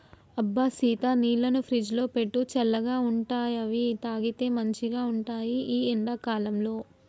అబ్బ సీత నీళ్లను ఫ్రిజ్లో పెట్టు చల్లగా ఉంటాయిఅవి తాగితే మంచిగ ఉంటాయి ఈ ఎండా కాలంలో